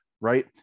right